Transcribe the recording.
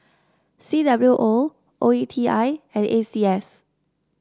C W O O E T I and A C S